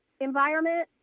environment